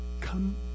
come